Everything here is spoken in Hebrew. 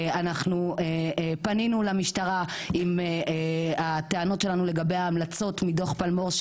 אנחנו פנינו למשטרה עם הטענות שלנו לגבי ההמלצות מדו"ח פלמו"ר,